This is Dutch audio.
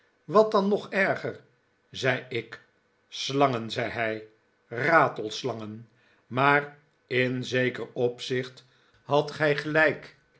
wat dari nog erger zei ik slangen zei hij ratelslangen maar in zeker opzicht hadt gij gelijk